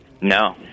No